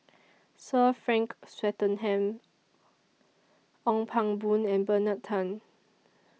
Sir Frank Swettenham Ong Pang Boon and Bernard Tan